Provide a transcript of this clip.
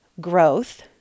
growth